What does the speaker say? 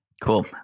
Cool